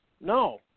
No